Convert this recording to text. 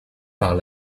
par